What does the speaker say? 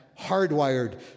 hardwired